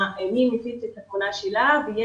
היא לא יודעת מי מפיץ את התמונה שלה ויש